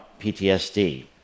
PTSD